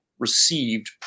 received